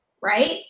right